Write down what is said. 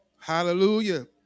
Hallelujah